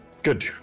Good